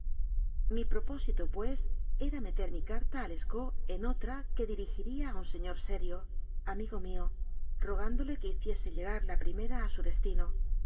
mi propósito pues era meter mi carta a lescaut en otra que dirigiría a un señor serio amigo mío rogándole que hiciese llegar la primera a su destino